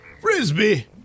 Frisbee